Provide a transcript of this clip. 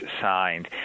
signed